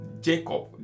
Jacob